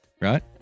right